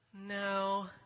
No